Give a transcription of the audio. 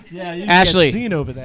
Ashley